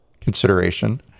consideration